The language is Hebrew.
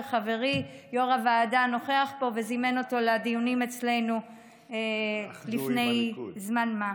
שחברי יו"ר הוועדה נוכח פה וזימן אותו לדיונים אצלנו לפני זמן מה.